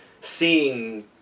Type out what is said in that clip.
seeing